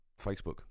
Facebook